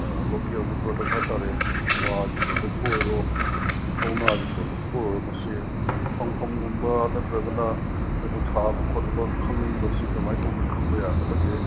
ꯑꯥ ꯂꯣꯀꯦꯜꯇꯤ ꯄ꯭ꯔꯗꯛ ꯍꯥꯏꯇꯔꯦ ꯋꯥꯒꯤ ꯄ꯭ꯔꯗꯛꯄꯨ ꯑꯣꯏꯔꯣ ꯀꯧꯅꯥꯒꯤ ꯄ꯭ꯔꯗꯛꯄꯨ ꯑꯣꯏꯔꯣ ꯃꯁꯦ ꯐꯪꯐꯝꯒꯨꯝꯕ ꯅꯠꯇ꯭ꯔꯒꯅ ꯑꯩꯅ ꯊꯥꯕ ꯈꯣꯠꯄ ꯈꯪꯅꯤꯡꯕꯁꯤ ꯀꯃꯥꯏꯅ ꯇꯧꯅ ꯈꯪꯕ ꯌꯥꯒꯗꯒꯦ